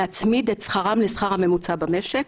להצמיד את שכרם לשכר הממוצע במשק.